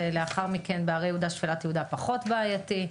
ולאחר מכן בהרי יהודה ושפלת יהודה פחות בעייתי.